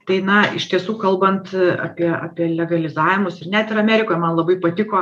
tai na iš tiesų kalbant apie apie legalizavimus ir net ir amerikoj man labai patiko